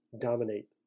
dominate